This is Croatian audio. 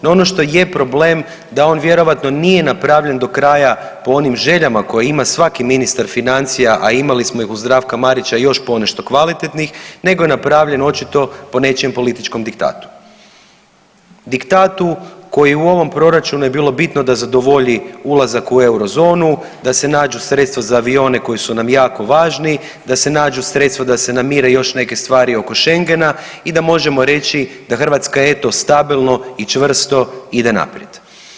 No ono što je problem da on vjerojatno nije napravljen po onim željama koje ima svaki ministar financija a imali smo ih uz Zdravka Marića još ponešto kvalitetnih, nego napravljen očito po nečijem političkom diktatu, diktatu koji u ovom proračunu je bilo bitno da zadovolji ulazak u eurozonu, da se nađu sredstva za avione koji su nam jako važni, da se nađu sredstva da se namire još neke stvari oko Schengena i da možemo reći da je Hrvatska eto stabilno i čvrsto ide naprijed.